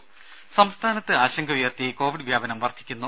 രുമ സംസ്ഥാനത്ത് ആശങ്കയുയർത്തി കോവിഡ് വ്യാപനം വർധിക്കുന്നു